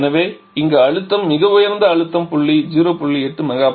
எனவே இங்கே அழுத்தம் மிக உயர்ந்த அழுத்த புள்ளி 0